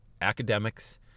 academics